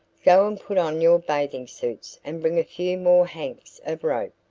go and put on your bathing suits and bring a few more hanks of rope.